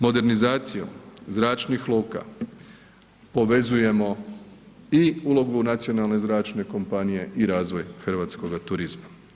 Modernizacijom zračnih luka povezujemo i ulogu nacionalne zračne kompanije i razvoj hrvatskoga turizma.